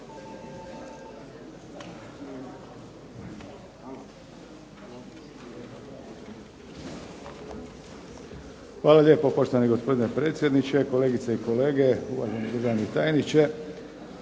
Hvala lijepo, poštovani gospodine predsjedniče. Kolegice i kolege, uvaženi državni tajniče.